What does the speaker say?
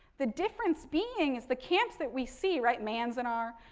the different being is the camps that we see, right, manzanar,